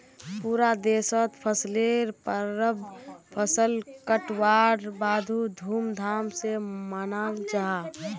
पूरा देशोत फसलेर परब फसल कटवार बाद धूम धाम से मनाल जाहा